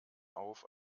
auf